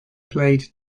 played